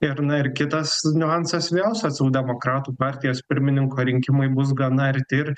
ir na ir kitas niuansas vėl socialdemokratų partijos pirmininko rinkimai bus gana arti ir